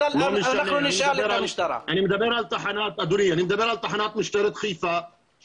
אני מדבר על תחנת משטרת חיפה.